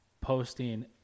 posting